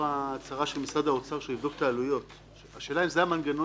בהגדרה "הוצאה מתקציב המדינה"